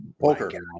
poker